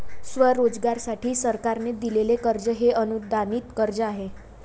स्वयंरोजगारासाठी सरकारने दिलेले कर्ज हे अनुदानित कर्ज आहे